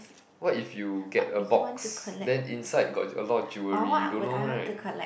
what if you get a box then inside got a lot of jewelry you don't know right